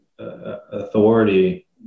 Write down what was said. Authority